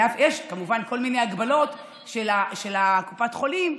יש כמובן כל מיני הגבלות של קופת החולים,